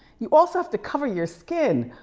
you also have to cover your skin.